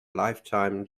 lifetime